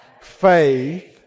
faith